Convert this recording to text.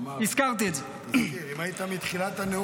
--- של התרת העגונות של מלחמת היום